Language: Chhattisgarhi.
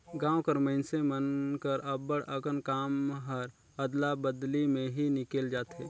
गाँव कर मइनसे मन कर अब्बड़ अकन काम हर अदला बदली में ही निकेल जाथे